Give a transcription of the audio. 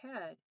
head